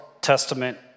Testament